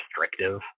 restrictive